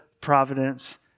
providence